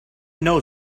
knows